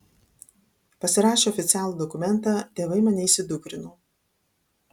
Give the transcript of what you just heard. pasirašę oficialų dokumentą tėvai mane įsidukrino